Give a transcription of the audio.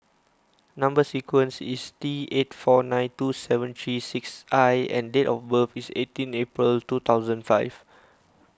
Number Sequence is T eight four nine two seven three six I and date of birth is eighteen April two thousand five